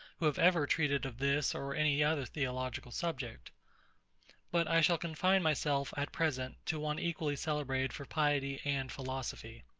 who have ever treated of this or any other theological subject but i shall confine myself, at present, to one equally celebrated for piety and philosophy.